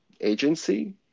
Agency